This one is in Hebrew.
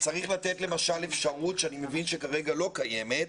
צריך לתת למשל אפשרות שאני מבין שכרגע לא קיימת,